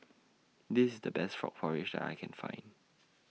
This The Best Frog Porridge I Can Find